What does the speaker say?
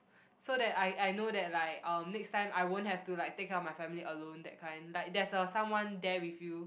so that I I know that like um next time I won't have to like take care of my family alone that kind like there's a someone there with you